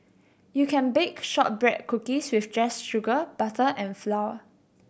you can bake shortbread cookies with just sugar butter and flour